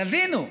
תבינו,